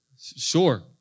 Sure